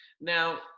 Now